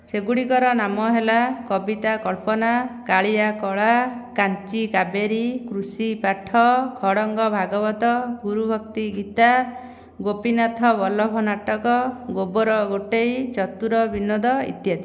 ସେଗୁଡ଼ିକର ନାମ ହେଲା କବିତା କଳ୍ପନା କାଳିଆ କଳା କାଞ୍ଚି କାବେରୀ କୃଷିପାଠ ଖଡ଼ଙ୍ଗ ଭାଗବତ ଗୁରୁଭକ୍ତି ଗୀତା ଗୋପୀନାଥ ବଲ୍ଲଭ ନାଟକ ଗୋବର ଗୋଟେଇ ଚତୁର ବିନୋଦ ଇତ୍ୟାଦି